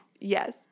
Yes